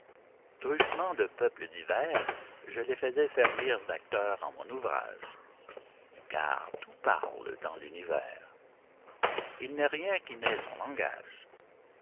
truchement de peuples divers je les faisois servir d'acteurs en mon ouvrage car tout parle dans l'univers il n'est rien qui n'ait son langage